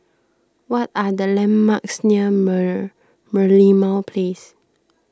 what are the landmarks near Merlimau Place